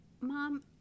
Mom